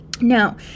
Now